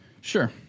sure